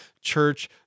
church